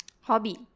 Hobby